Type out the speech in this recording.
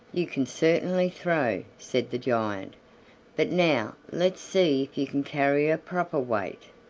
you can certainly throw, said the giant but now let's see if you can carry a proper weight.